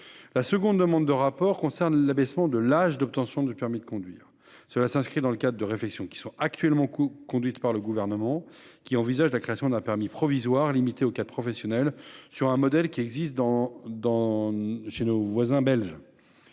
La seconde demande concerne l'abaissement de l'âge d'obtention du permis de conduire. Cela s'inscrit dans le cadre de réflexions actuellement conduites par le Gouvernement, qui envisage la création d'un permis provisoire limité au cadre professionnel, sur le modèle d'un dispositif existant en